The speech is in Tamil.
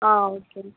ஆ ஓகேங்க